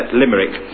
limerick